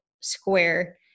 square